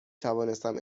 توانستم